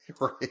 Right